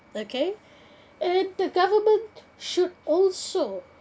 okay and the government should also